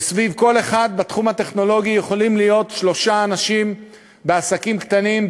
וסביב כל אחד בתחום הטכנולוגי יכולים להיות שלושה אנשים בעסקים קטנים,